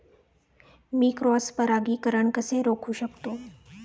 मी cross परागीकरण कसे रोखू शकतो?